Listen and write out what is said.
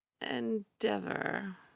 endeavor